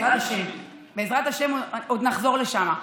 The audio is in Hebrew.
בעזרת השם עוד נחזור לשם,